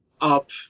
up